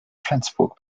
flensburg